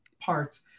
parts